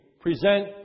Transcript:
present